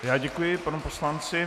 Já děkuji panu poslanci.